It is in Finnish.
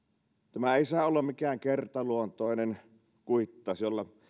tämä ei saa olla mikään kertaluontoinen kuittaus jolla